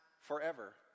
forever